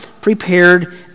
prepared